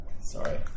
Sorry